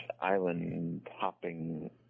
island-hopping